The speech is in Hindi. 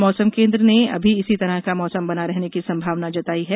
मौसम केंद्र ने अभी इसी तरह का मौसम बना रहने की संभावना जताई है